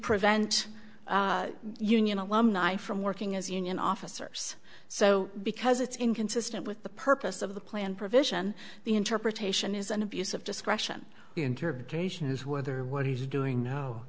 prevent union alumni from working as union officers so because it's inconsistent with the purpose of the plan provision the interpretation is an abuse of discretion interpretation is whether what he's doing no